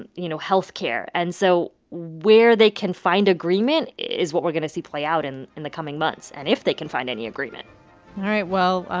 and you know, health care. and so where they can find agreement is what we're going to see play out and in the coming months and if they can find any agreement all right. well,